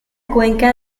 cuenca